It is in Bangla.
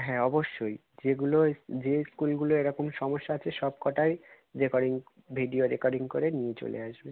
হ্যাঁ অবশ্যই যেগুলো যে স্কুলগুলো এরকম সমস্যা আছে সবকটাই রেকর্ডিং ভিডিও রেকর্ডিং করে নিয়ে চলে আসবে